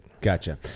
Gotcha